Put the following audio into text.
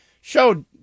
showed